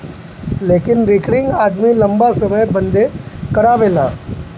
लेकिन रिकरिंग आदमी लंबा समय बदे करावेला